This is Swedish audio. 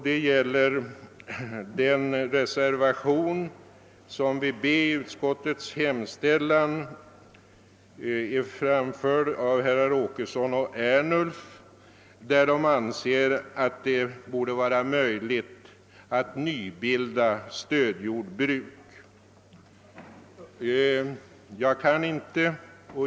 Det gäller bl.a. reservationen I som vid B i utskottets hemställan är framförd av herrar Åkesson och Ernulf, vilka ansett att det borde vara möjligt att nybilda stödjordbruk.